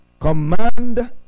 Command